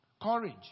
Courage